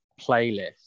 playlist